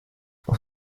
auf